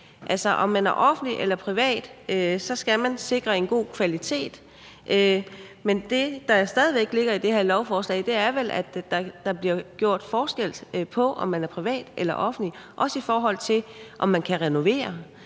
Altså, om man er offentlig eller privat, skal man sikre en god kvalitet, men det, der stadig ligger i det her lovforslag, er vel, at der bliver gjort forskel på, om man er privat eller offentlig, i forhold til om man kan renovere,